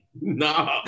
No